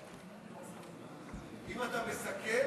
אם אתה מסכם,